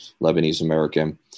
Lebanese-American